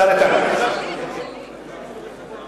משרד המדע השתלט עליה,